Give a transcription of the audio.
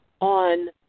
on